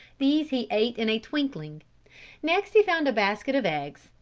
these he ate in a twinkling next he found a basket of eggs,